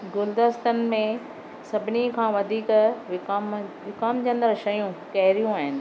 गुलदस्तनि में सभिनी खां वधीक विकाम विकामजंदड़ शयूं कहिड़ियूं आहिनि